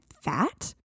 fat